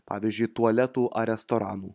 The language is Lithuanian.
pavyzdžiui tualetų ar restoranų